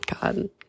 God